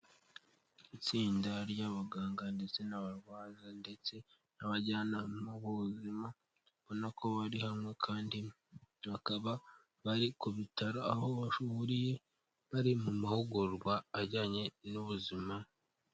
Itsinda ry'abaganga ndetse n'abarwaza ndetse n'abajyanama b'ubuzima, ubona ko bari hamwe kandi bakaba bari ku bitaro, aho bahuriye bari mu mahugurwa ajyanye n'ubuzima.